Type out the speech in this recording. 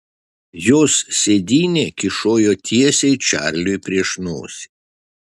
jos sėdynė kyšojo tiesiai čarliui prieš nosį